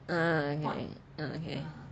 ah okay ah okay